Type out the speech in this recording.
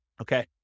Okay